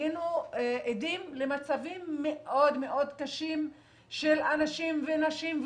היינו עדים למצבים מאוד מאוד קשים של אנשים ונשים,